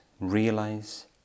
realize